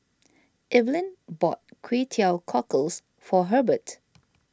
Eveline bought Kway Teow Cockles for Herbert